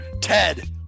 Ted